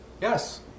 Yes